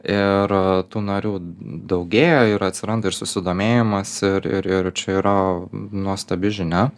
ir tų narių daugėjo ir atsiranda ir susidomėjimas ir ir ir čia yra nuostabi žinia